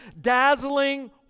dazzling